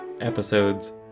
episodes